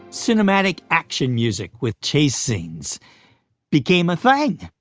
cinematic action music with chase scenes became a thing.